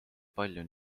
palju